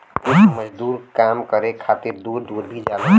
कुछ मजदूर काम करे खातिर दूर दूर भी जालन